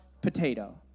potato